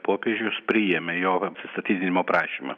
popiežius priėmė jo atsistatydinimo prašymą